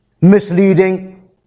misleading